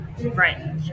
Right